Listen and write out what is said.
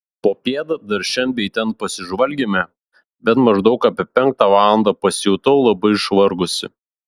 popiet dar šen bei ten pasižvalgėme bet maždaug apie penktą valandą pasijutau labai išvargusi